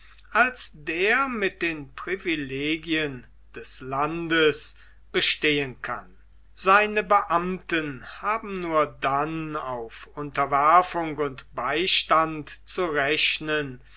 als der mit den privilegien des landes bestehen kann seine beamten haben nur dann auf unterwerfung und beistand zu rechnen